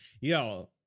yo